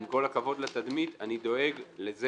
עם כל הכבוד לתדמית אני דואג לזה